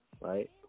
right